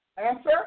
Answer